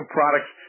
products